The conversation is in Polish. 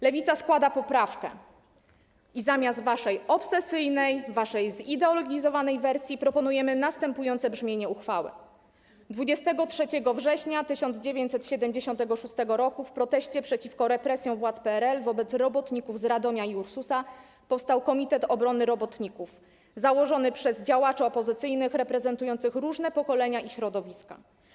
Lewica składa poprawkę i zamiast waszej obsesyjnej, zideologizowanej wersji proponujemy następujące brzmienie uchwały: „23 września 1976 r. w proteście przeciwko represjom władz PRL wobec robotników z Radomia i Ursusa powstał Komitet Obrony Robotników (KOR), założony przez działaczy opozycyjnych reprezentujących różne pokolenia i środowiska.